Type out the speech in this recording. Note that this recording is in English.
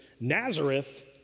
Nazareth